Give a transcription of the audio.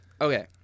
okay